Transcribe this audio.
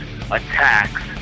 Attacks